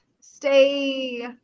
stay